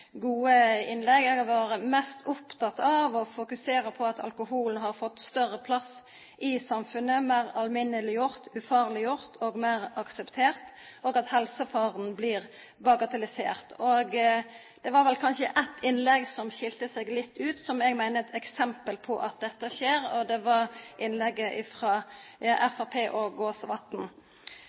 gode innlegg. Eg har vore mest oppteken av å fokusera på at alkoholen har fått større plass i samfunnet, blitt meir alminneleggjord, ufarleggjord og meir akseptert, og at helsefaren blir bagatellisert. Det var vel kanskje eitt innlegg som skilde seg litt ut, som eg meiner er eit eksempel på at dette skjer, og det var innlegget